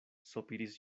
sopiris